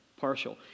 partial